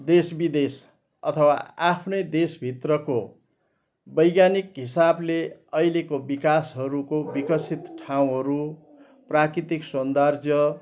देश बिदेश अथवा आफ्नै देशभित्रको वैज्ञानिक हिसाबले अहिलेको विकासहरूको विकसित ठाउँहरू प्राकृतिक सौन्दर्य